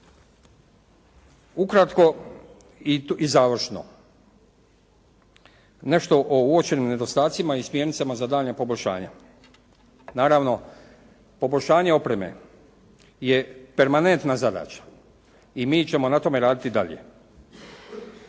Ukratko i završno, nešto o uočenim nedostacima i smjernicama za daljnja poboljšanja. Naravno poboljšanje opreme je permanentna zadaća i mi ćemo na tome raditi dalje.